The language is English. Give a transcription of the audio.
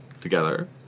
together